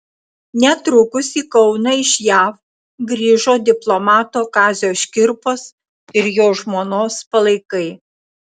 netrukus į kauną iš jav grįžo diplomato kazio škirpos ir jo žmonos palaikai